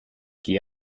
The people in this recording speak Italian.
chi